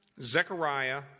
Zechariah